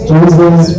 Jesus